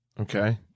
Okay